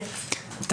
כמובן,